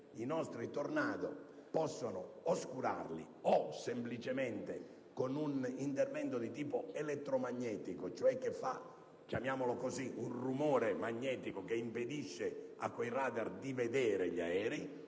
i nostri Tornado possono oscurarli, o semplicemente con un intervento di tipo elettromagnetico (cioè che provoca un "rumore magnetico" che impedisce ai quei radar di vedere gli aerei),